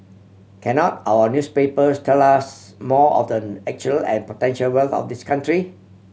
cannot our newspapers tell us more of the actual and potential wealth of this country